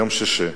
יום שישי,